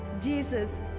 Jesus